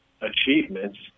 achievements